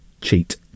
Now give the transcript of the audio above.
Cheat